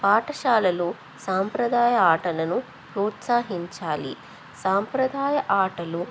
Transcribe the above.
పాఠశాలలో సాంప్రదాయ ఆటలను ప్రోత్సాహించాలి సాంప్రదాయ ఆటలు